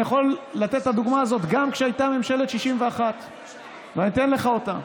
אני יכול לתת את הדוגמה הזאת גם כשהייתה ממשלת 61. אני אתן לך אותה,